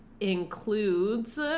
includes